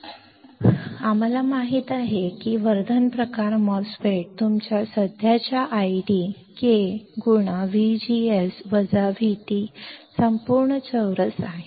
तर आता आम्हाला माहित आहे की वर्धन प्रकार MOSFET तुमचा सध्याचा ID K गुणा VGS वजा VT संपूर्ण चौरस आहे